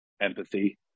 empathy